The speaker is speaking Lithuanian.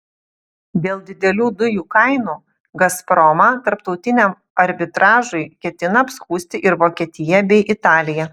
dėl didelių dujų kainų gazpromą tarptautiniam arbitražui ketina apskųsti ir vokietija bei italija